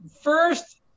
first